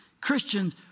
Christians